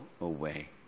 away